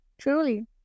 Truly